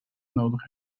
nodig